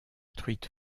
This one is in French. truite